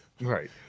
Right